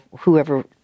whoever